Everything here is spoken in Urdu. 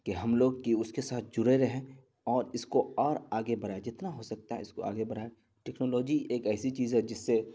کہ ہم لوگ کہ اس کے ساتھ جڑے رہیں اور اس کو اور آگے بڑھائیں جتنا ہو سکتا ہے اس کو آگے بڑھائیں ٹکنالوجی ایک ایسی چیز ہے جس سے